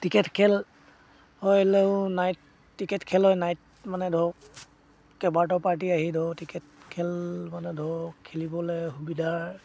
cricket খেল হ'লেও night cricket খেল হয় নাইট মানে ধৰ কেইবাটাও পাৰ্টি আহি ধৰ ক্ৰিকেট খেল মানে ধৰ খেলিবলৈ সুবিধাৰ